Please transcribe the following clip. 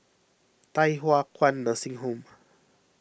Thye Hua Kwan Nursing Home